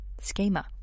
schema